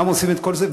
גם עושים את כל זה,